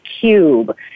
Cube